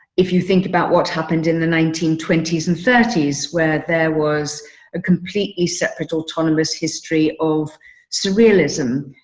if you think about what happened in the nineteen twenty s and thirty s, where there was a completely separate autonomous history of surrealism,